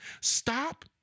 Stop